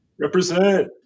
Represent